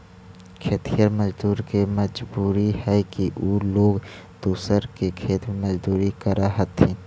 खेतिहर मजदूर के मजबूरी हई कि उ लोग दूसर के खेत में मजदूरी करऽ हथिन